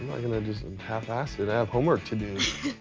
gonna just and half-ass it. i have homework to do.